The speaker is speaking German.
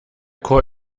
chor